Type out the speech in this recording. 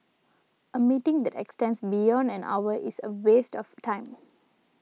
a meeting that extends beyond an hour is a waste of time